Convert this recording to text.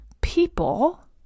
people